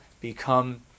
become